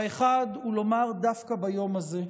האחד הוא לומר דווקא ביום הזה,